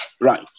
Right